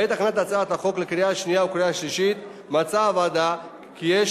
בעת הכנת הצעת החוק לקריאה השנייה והשלישית מצאה הוועדה כי יש